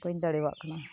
ᱵᱟᱹᱧ ᱫᱟᱲᱤᱭᱟᱜ ᱠᱟᱱᱟ